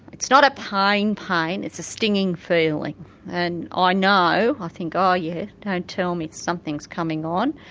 it's not a pain, pain it's a stinging feeling and ah i know, i think oh yeah, don't tell me, something's coming on.